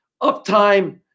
uptime